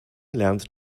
lernt